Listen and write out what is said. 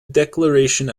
declaration